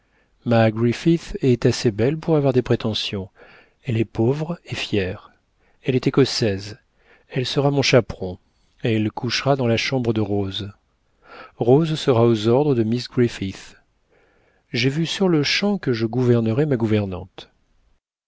griffith est assez belle pour avoir des prétentions elle est pauvre et fière elle est écossaise elle sera mon chaperon elle couchera dans la chambre de rose rose sera aux ordres de miss griffith j'ai vu sur-le-champ que je gouvernerais ma gouvernante